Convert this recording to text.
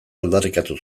aldarrikatu